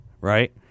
right